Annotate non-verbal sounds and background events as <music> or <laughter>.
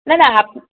না না <unintelligible>